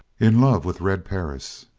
in love with red perris!